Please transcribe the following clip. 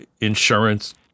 insurance